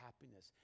happiness